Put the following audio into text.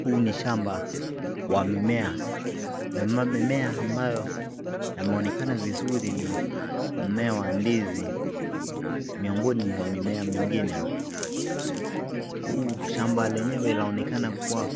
Huu ni shamba wa mimea, mimea ambayo yameonekana vizuri ni mmea wa ndizi miongoni mwa mimea mingine. Huu shamba lenyewe laonekana kuwa